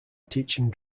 teaching